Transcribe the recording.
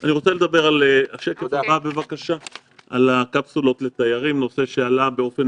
אני רוצה לדבר על הקפסולות לתיירים זה נושא שעלה באופן